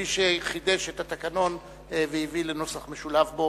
כמי שחידש את התקנון והביא לנוסח משולב בו,